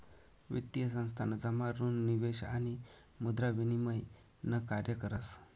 वित्तीय संस्थान जमा ऋण निवेश आणि मुद्रा विनिमय न कार्य करस